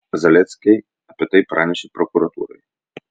zaleckiai apie tai pranešė prokuratūrai